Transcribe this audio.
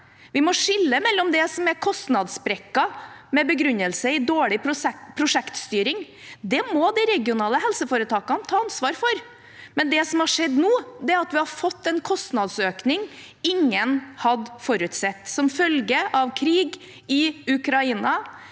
Vi må skille mellom det som er kostnadssprekker med begrunnelse i dårlig prosjektstyring – det må de regionale helseforetakene ta ansvar for – og det som har skjedd nå, som er at vi har fått en kostnadsøkning ingen hadde forutsett, som følge av krig i Ukraina,